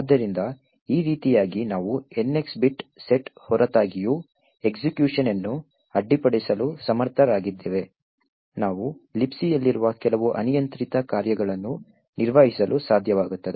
ಆದ್ದರಿಂದ ಈ ರೀತಿಯಾಗಿ ನಾವು NX ಬಿಟ್ ಸೆಟ್ ಹೊರತಾಗಿಯೂ ಮರಣದಂಡನೆಯನ್ನು ಅಡ್ಡಿಪಡಿಸಲು ಸಮರ್ಥರಾಗಿದ್ದೇವೆ ನಾವು Libcಯಲ್ಲಿರುವ ಕೆಲವು ಅನಿಯಂತ್ರಿತ ಕಾರ್ಯಗಳನ್ನು ನಿರ್ವಹಿಸಲು ಸಾಧ್ಯವಾಗುತ್ತದೆ